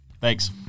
Thanks